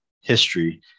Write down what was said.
history